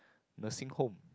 nursing home